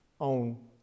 own